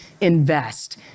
invest